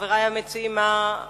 חברי המציעים, מה?